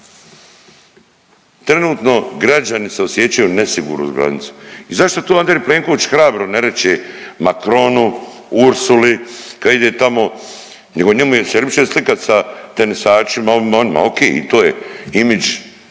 Trenutno građani se osjećaju nesigurno uz granicu. I zašto to Andrej Plenković hrabro ne reče Makronu, Ursli kad ide tamo. Nego njemu je se lipše slikat sa tenisačima, ovima onima, ok i to je image,